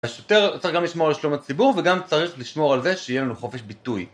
השוטר צריך גם לשמור על שלום הציבור, וגם צריך לשמור על זה שיהיה לנו חופש ביטוי.